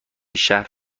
شهر